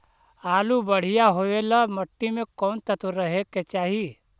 आलु बढ़िया होबे ल मट्टी में कोन तत्त्व रहे के चाही?